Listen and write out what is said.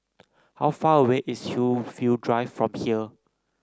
how far away is Hillview Drive from here